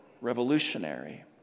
revolutionary